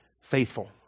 faithful